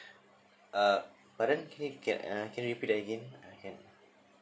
uh but then can you can uh can you repeat again can